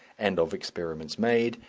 and of experiments made,